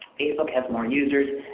facebook has more users.